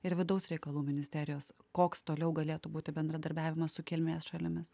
ir vidaus reikalų ministerijos koks toliau galėtų būti bendradarbiavimas su kilmės šalimis